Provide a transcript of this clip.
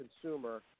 consumer